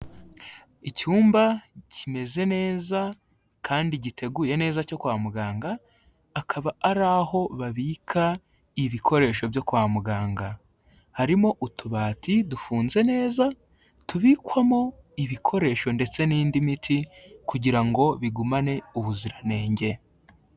Icyumba kimeze neza kandi giteguye neza cyo kwa muganga, akaba ari aho babika ibikoresho byo kwa muganga, harimo utubati dufunze neza, tubikwamo ibikoresho ndetse n'indi miti kugira ngo bigumane ubuziranenge.